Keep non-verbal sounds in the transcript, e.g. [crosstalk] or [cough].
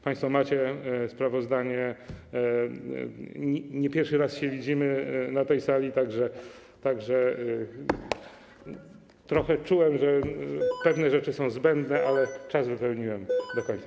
Państwo macie sprawozdanie, nie pierwszy raz się widzimy na tej sali, tak że trochę czułem, że pewne rzeczy [noise] są zbędne, ale czas wypełniłem do końca.